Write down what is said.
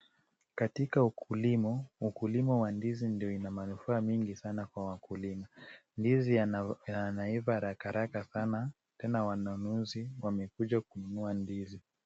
Katika ukilimo, ukulimo wa ndizi ndio ina manufaa mingi sana kwa wakulima. Ndizi yanaiva haraka haraka sana tena wanunuzi wamekuja kununua ndizi.